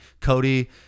Cody